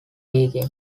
begin